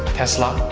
tesla,